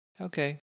Okay